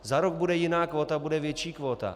Za rok bude jiná kvóta, bude větší kvóta.